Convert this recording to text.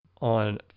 on